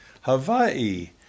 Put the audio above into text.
Hawaii